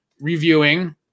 reviewing